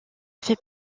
fait